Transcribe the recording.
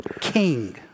king